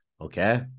Okay